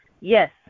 yes